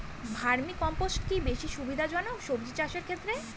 Vermi compost কি বেশী সুবিধা জনক সবজি চাষের ক্ষেত্রে?